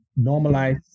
normalize